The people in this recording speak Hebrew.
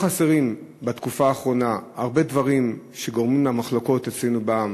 לא חסרים בתקופה האחרונה הרבה דברים שגורמים למחלוקות אצלנו בעם.